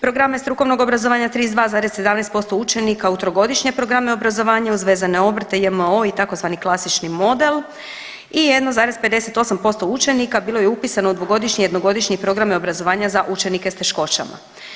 Programe strukovnog obrazovanja 32,17% učenika u trogodišnje programe obrazovanje uz vezane obrte, j.m.o. i tzv. klasični model i 1,58% učenika bilo je upisano u dvogodišnje i jednogodišnje programe obrazovanja za učenike s teškoćama.